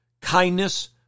kindness